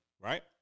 right